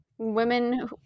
Women